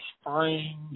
spring